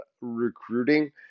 recruiting